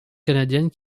canadienne